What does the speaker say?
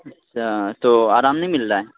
اچھا تو آرام نہیں مل رہا ہے